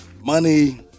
money